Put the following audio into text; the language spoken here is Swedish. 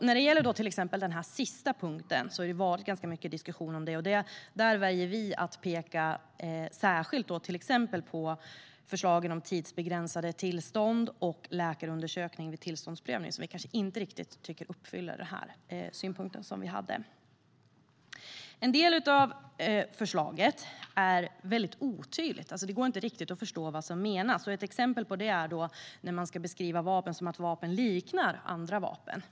När det gäller till exempel den sista punkten har det varit ganska mycket diskussioner om detta. Där väljer vi att peka särskilt på till exempel förslagen om tidsbegränsade tillstånd och läkarundersökning vid tillståndsprövning, vilket vi kanske inte riktigt tycker uppfyller synpunkten vi hade. En del av förslaget är väldigt otydligt; det går inte riktigt att förstå vad som menas. Ett exempel är när man ska beskriva vapen som att de liknar andra vapen.